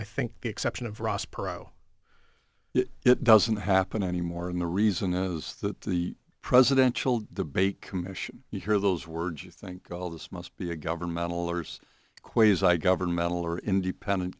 i think exception of ross perot it doesn't happen anymore and the reason is that the presidential debate commission you hear those words you think all this must be a governmental ors quasar governmental or independent